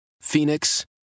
Phoenix